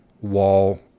wall